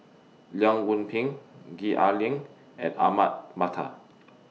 Leong Yoon Pin Gwee Ah Leng and Ahmad Mattar